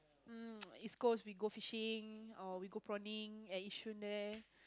um East-Coast we go fishing or we go prawning at Yishun there